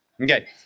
Okay